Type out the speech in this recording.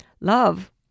love